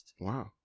Wow